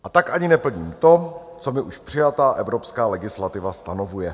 A tak ani neplním to, co mi už přijatá evropská legislativa stanovuje.